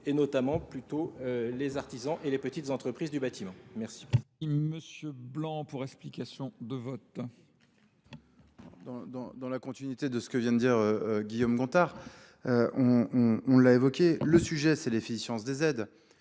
et notamment plutôt les artisans et les petites entreprises du bâtiment. Merci. Merci monsieur Blanc pour l'explication de vote. dans la continuité de ce que vient de dire Guillaume Gontard, on l'a évoqué, le sujet c'est l'efficience des aides,